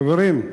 חברים,